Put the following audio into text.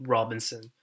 Robinson